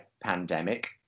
pandemic